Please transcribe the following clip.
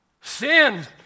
Sin